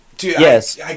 Yes